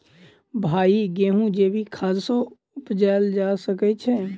भाई गेंहूँ जैविक खाद सँ उपजाल जा सकै छैय?